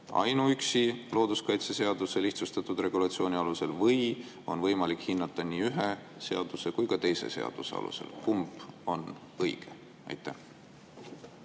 ainuüksi looduskaitseseaduse lihtsustatud regulatsiooni alusel või on võimalik hinnata nii ühe seaduse kui ka teise seaduse alusel? Kumb on õige? Aitäh,